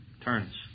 turns